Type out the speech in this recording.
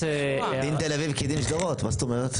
דין תל אביב כדין שדרות, מה זאת אומרת?